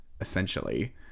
essentially